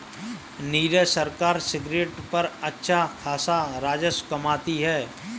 नीरज सरकार सिगरेट पर अच्छा खासा राजस्व कमाती है